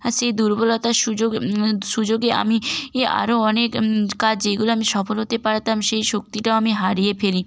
আর সেই দুর্বলতার সুযোগ সুযোগে আমি ই আরও অনেক কাজ যেইগুলো আমি সফল হতে পারতাম সেই শক্তিটাও আমি হারিয়ে ফেলি